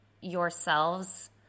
yourselves